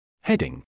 Heading